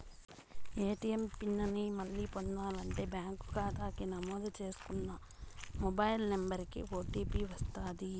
ATM PIN ని మళ్ళీ పొందాలంటే బ్యాంకు కాతాకి నమోదు చేసుకున్న మొబైల్ నంబరికి ఓ.టీ.పి వస్తది